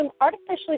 artificially